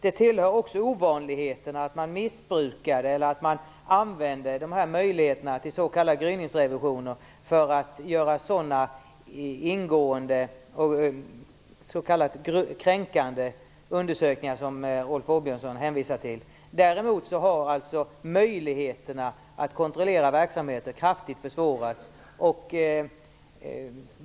Det tillhör också ovanligheten att man missbrukar eller att man använder dessa möjligheter till s.k. gryningsrevisioner för att göra sådana ingående s.k. kränkande undersökningar som Rolf Åbjörnsson hänvisar till. Däremot har möjligheterna att kontrollera verksamheten försvårats.